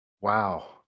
Wow